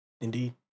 Indeed